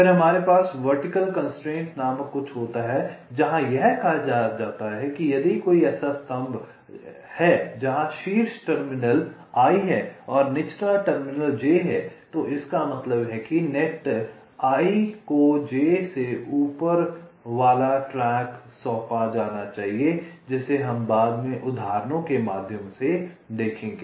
फिर हमारे पास वर्टिकल कन्सट्रेंट नामक कुछ होता है जहां यह कहा जाता है कि यदि कोई ऐसा स्तंभ है जहां शीर्ष टर्मिनल i है और निचला टर्मिनल j है तो इसका मतलब है कि नेट i को j से ऊपर वाला ट्रैक सौंपा जाना चाहिए जिसे हम बाद में उदाहरणों के माध्यम से देखेंगे